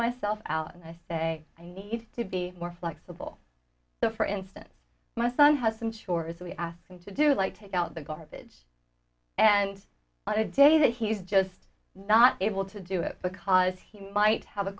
myself out and i say i need to be more flexible so for instance my son has some chores we ask him to do like take out the garbage and not a day that he's just not able to do it because he might have a